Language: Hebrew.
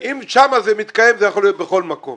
אם שם זה מתקיים, זה יכול להיות בכל מקום.